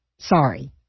sorry